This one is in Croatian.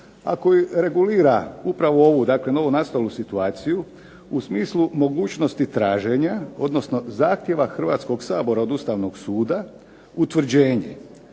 a koji regulira upravo ovu dakle novonastalu situaciju u smislu mogućnosti traženja, odnosno zahtjeva Hrvatskog sabora od Ustavnog suda utvrđenje,